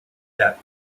that